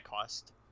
cost